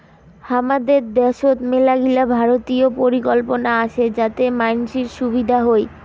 হামাদের দ্যাশোত মেলাগিলা ভারতীয় পরিকল্পনা আসে যাতে মানসির সুবিধা হই